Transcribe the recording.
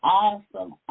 awesome